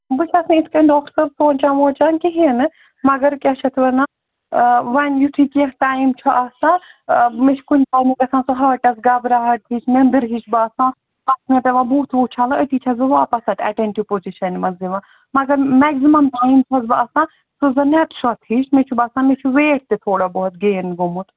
بہٕ چھَس نہٕ یِتھٕ کٔنۍ ڈاکٹر صٲب سونٛچان وونٛچان کِہیٖنٛۍ نہٕ مگر کیٛاہ چھِ اَتھ وَنان وۅنۍ یُتھُے کیٚنٛہہ ٹایِم چھُ آسان آ مےٚ چھُ کُنہِ ٹایمُک گژھان سُہ ہاٹَس گَبراہٹ ہِش نیٚنٛدٕر ہِش باسان پتہٕ چھُ مےٚ پٮ۪وان بُتھ وُتھ چھَلان أتی چھَس بہٕ واپَس اَتہِ ایٹَنٹِو پوزِشَن منٛز یوان مگر میٚکزِمَم ٹایِم چھَس بہٕ آسان سۅ زَن نٮ۪تہٕ سۅتھ ہِش مےٚ چھُ باسان مےٚ چھُ ویٹ تہِ تھوڑا بہت گین گوٚمُت